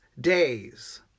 days